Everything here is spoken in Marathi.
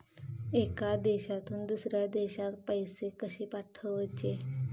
एका देशातून दुसऱ्या देशात पैसे कशे पाठवचे?